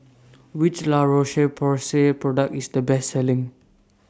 Which La Roche Porsay Product IS The Best Selling